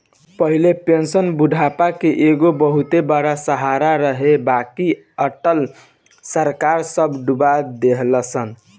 पहिले पेंशन बुढ़ापा के एगो बहुते बड़ सहारा रहे बाकि अटल सरकार सब डूबा देहलस